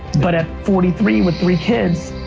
but at forty three with three kids,